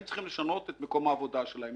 הם צריכים לשנות את מקום העבודה שלהם,